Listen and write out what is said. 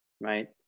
right